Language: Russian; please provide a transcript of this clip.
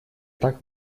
так